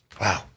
Wow